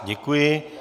Děkuji.